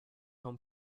home